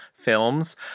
films